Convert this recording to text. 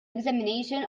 examination